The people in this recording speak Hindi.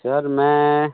सर मैं